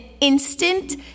instant